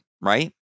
right